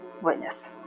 witness